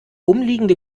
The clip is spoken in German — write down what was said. umliegende